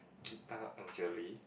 Gita-Angeli